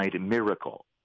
miracle